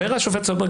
אומר השופט סולברג,